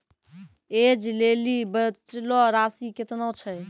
ऐज लेली बचलो राशि केतना छै?